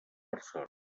persona